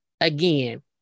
Again